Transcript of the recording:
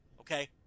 Okay